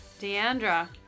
Deandra